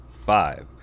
five